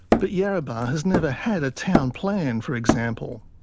but yarrabah has never had a town plan, for example.